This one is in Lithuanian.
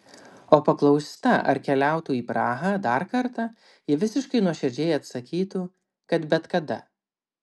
o paklausta ar keliautų į prahą dar kartą ji visiškai nuoširdžiai atsakytų kad bet kada